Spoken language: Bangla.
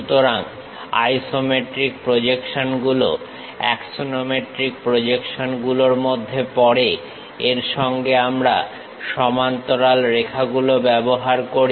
সুতরাং আইসোমেট্রিক প্রজেকশনগুলো অ্যাক্সনোমেট্রিক প্রজেকশন গুলোর মধ্যে পড়ে এর সঙ্গে আমরা সমান্তরাল রেখাগুলো ব্যবহার করি